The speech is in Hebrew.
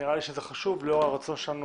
נראה לי שזה חשוב, לאור הרצון שלנו